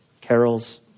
carols